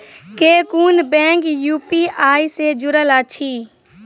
केँ कुन bank UPI सँ जुड़ल अछि?